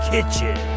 Kitchen